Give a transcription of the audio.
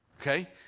Okay